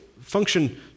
function